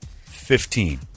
Fifteen